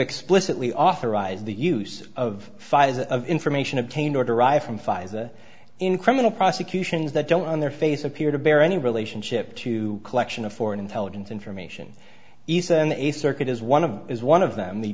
explicitly authorized the use of files of information obtained or derive from pfizer in criminal prosecutions that don't on their face appear to bear any relationship to collection of foreign intelligence information isa a circuit is one of them is one of them the